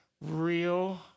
real